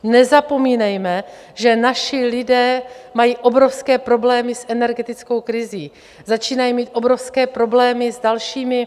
Nezapomínejme, že naši lidé mají obrovské problémy s energetickou krizí, začínají mít obrovské problémy s dalšími...